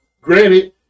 Granted